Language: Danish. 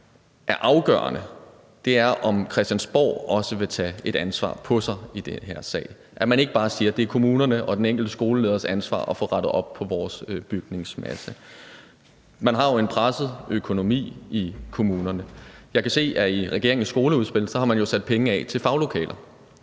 er afgørende, om Christiansborg også vil tage et ansvar på sig i den her sag, og at man ikke bare siger, at det er kommunerne og den enkelte skoleleders ansvar at få rettet op på vores bygningsmasse. Man har jo en presset økonomi i kommunerne. Jeg kan se, at i regeringens skoleudspil har man sat penge af til faglokaler.